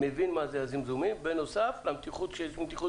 מבין מה זה הזמזומים בנוסף למצב בו יש מתיחות